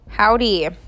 Howdy